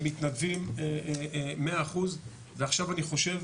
הם מתנדבים 100% ועכשיו אני חושב,